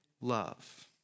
love